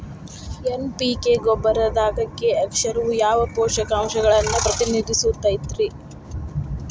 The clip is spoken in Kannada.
ಎನ್.ಪಿ.ಕೆ ರಸಗೊಬ್ಬರದಾಗ ಕೆ ಅಕ್ಷರವು ಯಾವ ಪೋಷಕಾಂಶವನ್ನ ಪ್ರತಿನಿಧಿಸುತೈತ್ರಿ?